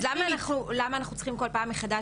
אז למה אנחנו צריכים בכל פעם מחדש